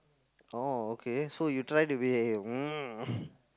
orh okay so you try to be